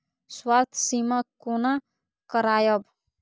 स्वास्थ्य सीमा कोना करायब?